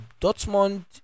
Dortmund